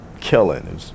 killing